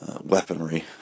Weaponry